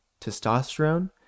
testosterone